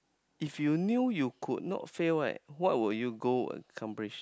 if you knew you could not fail right what would you go accomplish